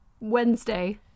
Wednesday